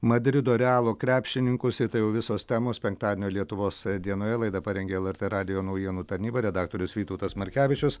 madrido realo krepšininkus ir tai jau visos temos penktadienio lietuvos dienoje laidą parengė lrt radijo naujienų tarnyba redaktorius vytautas markevičius